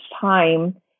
time